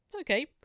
Okay